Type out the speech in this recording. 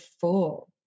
full